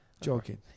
Joking